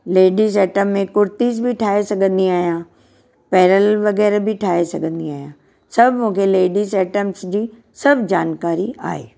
ladies item में कुर्तीज़ बि ठाहे सघंदी आहियां पैरल वग़ैरह बि ठाहे सघंदी आहियां सभु मूंखे लेडीज़ ऐटम्स जी सभु जानकारी आहे